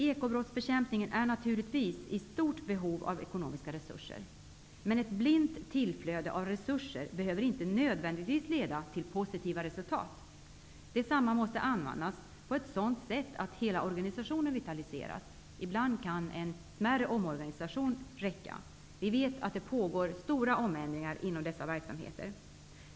Ekobrottsbekämpningen är naturligtvis i stort behov av ekonomiska resurser, men ett blint tillflöde av resurser behöver inte nödvändigtvis leda till positiva resultat. Dessa måste användas på ett sådant sätt att hela organisationen vitaliseras. Ibland kan en smärre omorganisation räcka. Vi vet att det pågår stora omändringar inom dessa verksamheter.